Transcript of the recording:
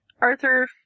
Arthur